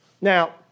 Now